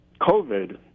covid